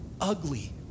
ugly